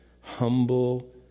humble